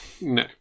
No